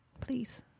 Please